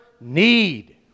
need